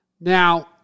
Now